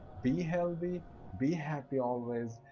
be healthy be happy always.